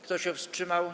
Kto się wstrzymał?